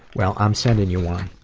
well, i'm sending you one.